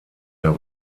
der